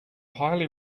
highly